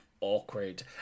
awkward